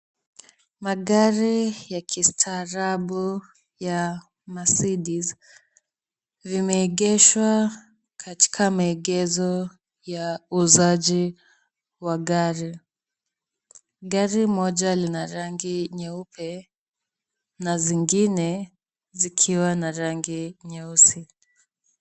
Magari ya kistaarabu ya Mercedes imeegeshwa katika maegesho ya uuzaji wa gari. Gari moja ni la rangi nyeupe na zingine zikiwa na rangi nyeusi.